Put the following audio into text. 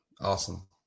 Awesome